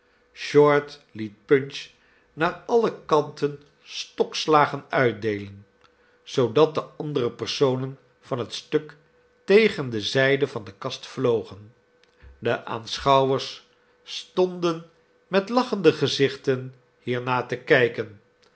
short liet punch naar alle kanten stokslagen uitdeelen zoodat de andere personen van het stuk tegen de zijden van de kast vlogen de aanschouwers stonden met lachende gezichten hiernaar te kijken